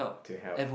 to help